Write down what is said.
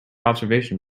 observation